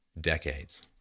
decades